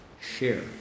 share